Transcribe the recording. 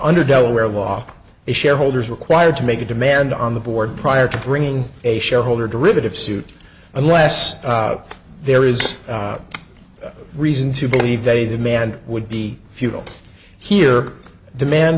under delaware law if shareholders required to make a demand on the board prior to bringing a shareholder derivative suit unless there is reason to believe they demand would be futile here demand